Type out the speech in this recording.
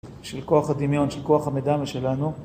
של כוח הדמיון, של כוח המדמה שלנו.